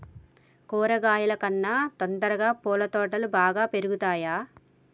కూరగాయల కన్నా తొందరగా పూల తోటలు బాగా పెరుగుతయా?